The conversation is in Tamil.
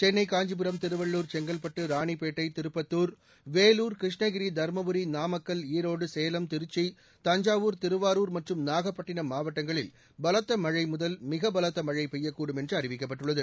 சென்னை காஞ்சிபுரம் திருவள்ளூர் செங்கல்பட்டு ராணிப்பேட்டை திருப்பத்தூர் வேலூர் கிருஷ்ணகிரி தருமபுரி நாமக்கல் ஈரோடு சேலம் திருச்சி தஞ்சாவூர் திருவாரூர் மற்றும் நாகப்பட்டினம் மாவட்டங்களில் பலத்த மழை முதல் மிக பலத்த மழை பெய்யக்கூடும் என்று அறிவிக்கப்பட்டுள்ளது